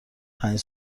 پنج